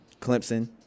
Clemson